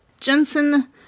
Jensen